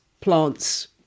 plants